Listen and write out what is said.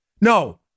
No